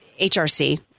HRC